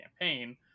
campaign